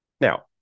Now